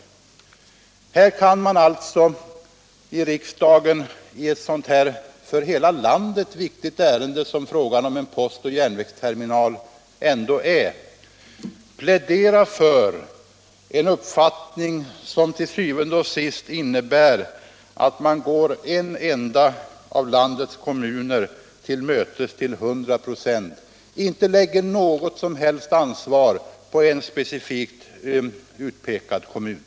Här kan man alltså i riksdagen i ett för hela landet så viktigt ärende som frågan om en postoch järnvägsterminal ändå är plädera för en uppfattning som til syvende og sidst innebär att man går en enda av landets kommuner till mötes till 100 96 och inte lägger något som helst ansvar på en specifik kommun.